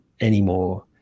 anymore